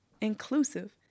inclusive